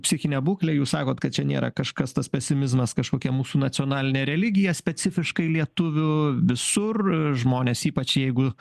psichinę būklę jūs sakot kad čia nėra kažkas tas pesimizmas kažkokia mūsų nacionalinė religija specifiškai lietuvių visur žmonės ypač jeigu